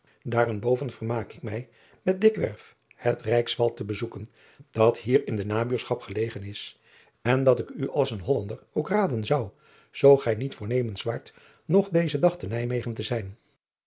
daarenboven vermaak jk mij met dikwerf het ijkswald te bezoeken dat hier in de nabuurschap gelegen is en dat ik u als een ollander ook raden zoo zoo gij niet voornemens waart nog dezen dag te ijmegen te zijn